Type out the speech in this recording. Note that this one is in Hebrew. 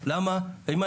הבנו, שמענו, יש מה לחשוב.